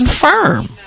confirm